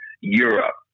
Europe